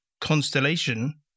constellation